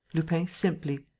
lupin simply,